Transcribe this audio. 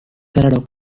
theodore